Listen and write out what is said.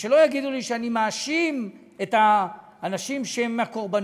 ושלא יגידו לי שאני מאשים את האנשים שהם הקורבנות.